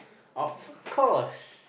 of course